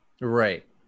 right